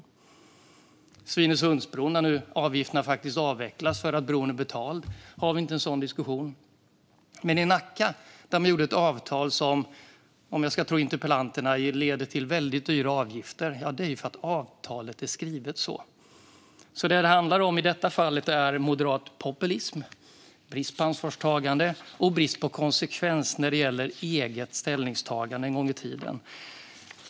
När det gäller Svinesundsbron, där avgifterna nu faktiskt avvecklas eftersom bron är betald, har vi inte en sådan diskussion. Men i Nacka upprättade man ett avtal som, om jag ska tro interpellanterna, leder till väldigt dyra avgifter. Det är för att avtalet är skrivet så. Vad det handlar om i detta fall är alltså moderat populism, brist på ansvarstagande och brist på konsekvens när det gäller det egna ställningstagandet en gång i tiden.